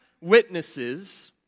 witnesses